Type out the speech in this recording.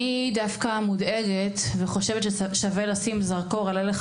אני דווקא מודאגת וחושבת ששווה לשים זרקור על הלך